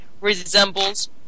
resembles